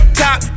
top